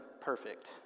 perfect